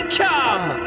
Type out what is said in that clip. come